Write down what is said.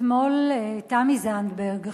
אתמול תמי זנדברג,